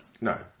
no